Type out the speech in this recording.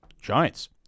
Giants